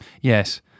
Yes